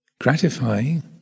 gratifying